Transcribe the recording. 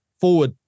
forward